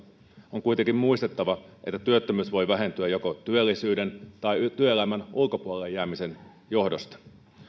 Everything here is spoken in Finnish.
on kuitenkin muistettava että työttömyys voi vähentyä joko työllisyyden tai työelämän ulkopuolelle jäämisen johdosta